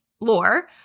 Lore